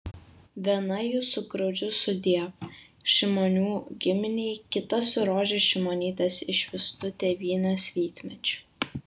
viena jų su graudžiu sudiev šimonių giminei kita su rožės šimonytės išvystu tėvynės rytmečiu